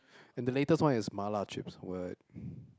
and the latest one is mala chips what